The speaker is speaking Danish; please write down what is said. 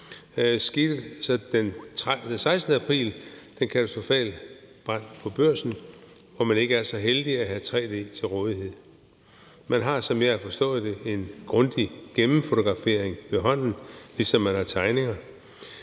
den 16. april sket den katastrofale brand på Børsen, hvor man ikke er så heldig at have tre-d-dokumentation til rådighed. Man har, som jeg har forstået det, en grundig gennemfotografering ved hånden, ligesom man har tegninger.